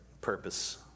purpose